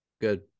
good